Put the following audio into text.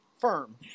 firm